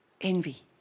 Envy